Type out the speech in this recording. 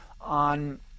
on